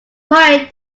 point